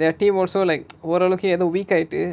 their team also like ஓரளவுக்கு ஏதோ:oralavukku edho week ஆயிட்டு:aayittu